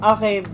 Okay